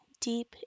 deep